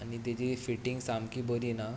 आनी ताजी फिटींग सामकी बरी ना